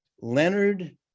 Leonard